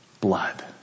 blood